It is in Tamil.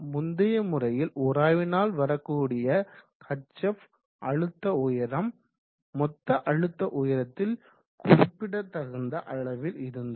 முந்தைய முறையில் உராய்வினால் வரக்கூடிய hf அழுத்த உயரம் மொத்த அழுத்த உயரத்தில் குறிப்பிடத்தகுந்த அளவில் இருந்தது